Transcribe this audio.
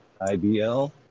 IBL